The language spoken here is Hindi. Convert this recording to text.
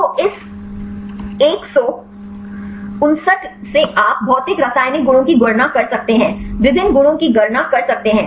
तो इस 159 से आप भौतिक रासायनिक गुणों की गणना कर सकते हैं विभिन्न गुणों की गणना कर सकते हैं